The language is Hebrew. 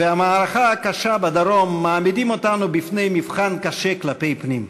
והמערכה הקשה בדרום מעמידים אותנו בפני מבחן קשה כלפי פנים.